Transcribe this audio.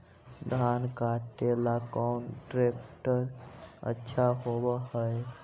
धान कटे ला कौन ट्रैक्टर अच्छा होबा है?